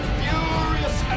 furious